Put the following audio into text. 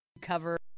cover